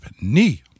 Knee